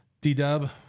D-Dub